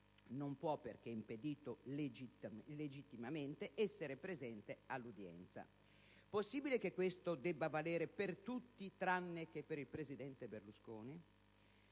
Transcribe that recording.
non può, perché impedito legittimamente, essere presente all'udienza. Possibile che questo debba valere per tutti tranne che per il presidente Berlusconi?